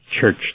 church